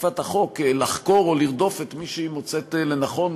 אכיפת החוק לחקור או לרדוף את מי שהיא מוצאת לנכון,